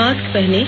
mask पहनें